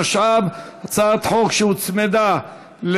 התשע"ו 2016,